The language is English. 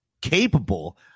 capable